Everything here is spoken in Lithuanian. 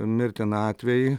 mirtiną atvejį